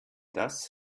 das